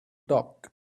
dog